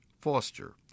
foster